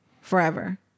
forever